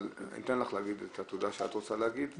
אבל אני אתן לך להגיד את התודה שאת רוצה להגיד.